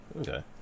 Okay